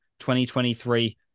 2023